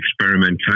experimentation